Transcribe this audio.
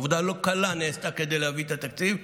עבודה לא קלה נעשתה כדי להביא את התקציב,